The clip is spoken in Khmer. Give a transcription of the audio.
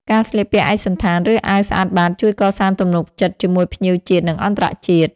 ការស្លៀកពាក់ឯកសណ្ឋាន ឬអាវស្អាតបាត ជួយកសាងទំនុកចិត្តជាមួយភ្ញៀវជាតិ និងអន្តរជាតិ។